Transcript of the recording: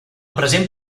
present